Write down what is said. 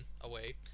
away